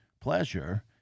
pleasure